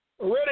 ready